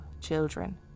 children